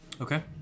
Okay